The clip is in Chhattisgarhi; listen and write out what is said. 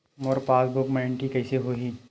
मोर पासबुक मा एंट्री कइसे होही?